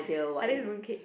I think it's mooncake